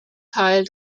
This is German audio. teil